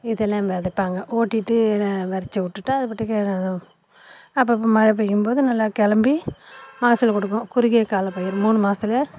இதெல்லாம் விதப்பாங்க ஓட்டிட்டு வே விறச்சி விட்டுட்டா அது பாட்டுக்கு அப்பப்ப மழ பெய்யும்போது நல்லா கிளம்பி மகசூல் கொடுக்கும் குறுகிய கால பயிர் மூணு மாசத்திலே